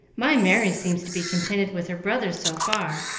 my merry seems to be contented with her brothers so far,